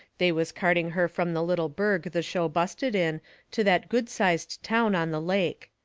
they was carting her from the little burg the show busted in to that good-sized town on the lake.